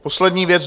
Poslední věc.